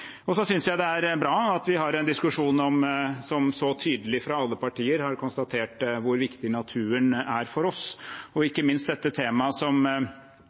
det er bra at vi har en diskusjon som så tydelig fra alle partier har konstatert hvor viktig naturen er for oss, ikke minst det temaet flere har vært inne på, og som